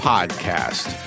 Podcast